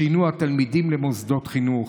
שינוע תלמידים למוסדות חינוך.